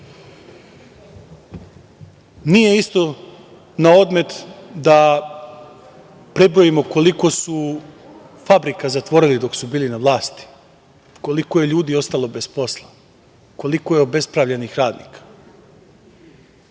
isto na odmet da prebrojimo koliko su fabrika zatvorili dok su bili na vlasti, koliko je ljudi ostalo bez posla, koliko je obespravljenih radnika.